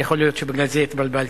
יכול להיות שבגלל זה התבלבלתי.